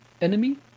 enemy